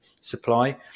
supply